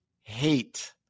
hate